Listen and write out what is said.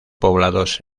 poblados